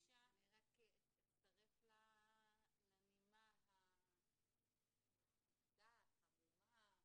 אני רק אצטרף לנימה המופתעת, ההמומה,